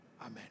amen